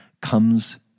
comes